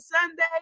Sunday